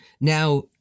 Now